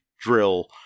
drill